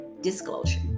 disclosure